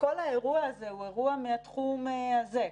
כל האירוע הוא מהתחום הזה.